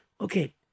Okay